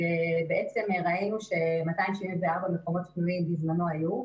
בעצם ראינו ש-274 מקומות פנויים בזמנו היו.